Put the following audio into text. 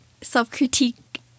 self-critique